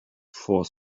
for